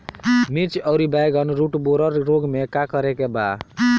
मिर्च आउर बैगन रुटबोरर रोग में का करे के बा?